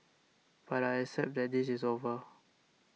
but I accept that this is over